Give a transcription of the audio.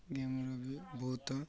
ଗେମ୍ରୁ ବି ବହୁତ